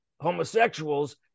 homosexuals